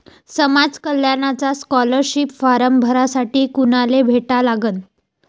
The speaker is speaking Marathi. समाज कल्याणचा स्कॉलरशिप फारम भरासाठी कुनाले भेटा लागन?